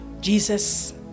Jesus